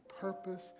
purpose